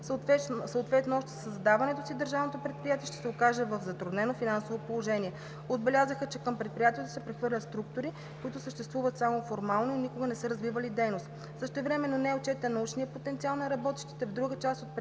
Съответно още със създаването си държавното предприятие ще се окаже в затруднено финансово положение. Отбелязаха, че към предприятието се прехвърлят структури, които съществуват само формално и никога не са развивали дейност. Същевременно не е отчетен научният потенциал на работещите в друга част от предприятията